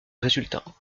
résultat